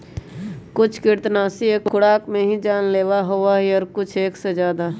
कुछ कृन्तकनाशी एक खुराक में ही जानलेवा होबा हई और कुछ एक से ज्यादा